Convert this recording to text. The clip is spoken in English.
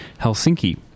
Helsinki